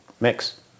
mix